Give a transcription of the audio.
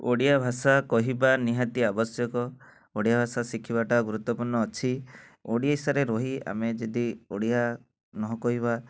ଓଡ଼ିଆ ଭାଷା କହିବା ନିହାତି ଆବଶ୍ୟକ ଓଡ଼ିଆ ଭାଷା ଶିଖିବା ଟା ଗୁରୁତ୍ତ୍ୱପୂର୍ଣ୍ଣ ଅଛି ଓଡ଼ିଶାରେ ରହି ଆମେ ଯଦି ଓଡ଼ିଆ ନ କହିବା